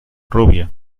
rubia